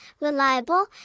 reliable